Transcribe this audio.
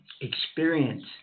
experience